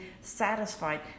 satisfied